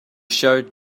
showed